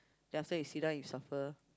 then after that you sit down you suffer